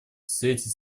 свете